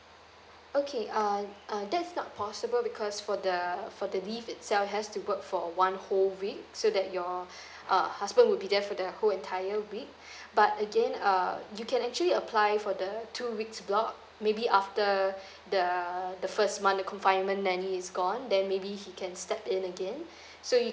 okay uh uh that's not possible because for the for the leave itself has to work for a one whole week so that your uh husband would be there for the whole entire week but again uh you can actually apply for the two weeks block maybe after the the first month the confinement nanny is gone then maybe he can step in again so you